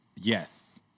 Yes